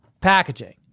packaging